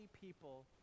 people